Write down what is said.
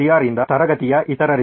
R ಯಿಂದ ತರಗತಿಯ ಇತರರಿಗೆ